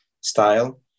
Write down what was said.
style